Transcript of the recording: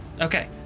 Okay